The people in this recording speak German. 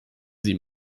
sie